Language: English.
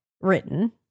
written